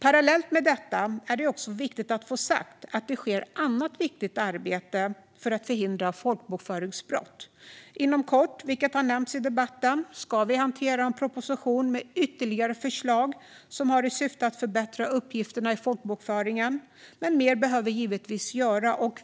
Parallellt med detta är det viktigt att få sagt att det sker annat viktigt arbete för att förhindra folkbokföringsbrott. Inom kort ska vi, vilket har nämnts i debatten, hantera en proposition med ytterligare förslag som har till syfte att förbättra uppgifterna i folkbokföringen. Men mer behöver givetvis göras.